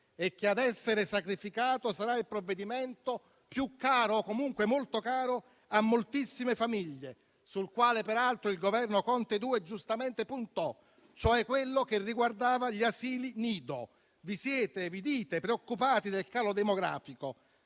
e che a essere sacrificato sarà il provvedimento più caro e comunque molto caro a moltissime famiglie, sul quale peraltro il Governo Conte II giustamente puntò, cioè quello che riguardava gli asili nido. Vi dite preoccupati del calo demografico,